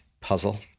puzzle